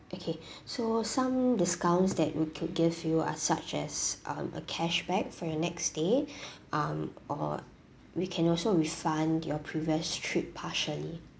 okay so some discounts that we could give you are such as um a cashback for your next day um or we can also refund your previous trip partially